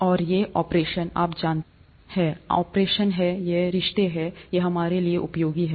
और ये ऑपरेशन आप जानते हैं ये ऑपरेशन हैं ये रिश्ते हैं ये हमारे लिए उपयोगी है